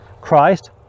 Christ